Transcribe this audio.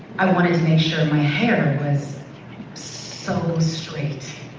i wanted to make sure my hair was so straight.